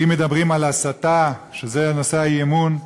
ואם מדברים על הסתה, שזה נושא האי-אמון,